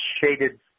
shaded